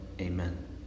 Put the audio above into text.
Amen